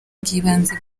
bw’ibanze